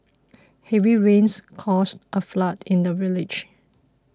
heavy rains caused a flood in the village